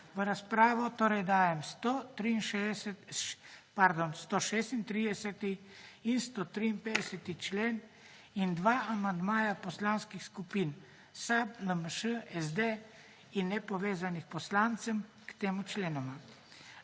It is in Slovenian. V razpravo dajem 136. in 153. člen in dva amandmaja poslanskih skupin SAB, LMŠ, SD in nepovezanih poslancev k tema členoma.